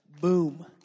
Boom